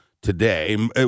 today